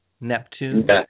Neptune